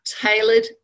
tailored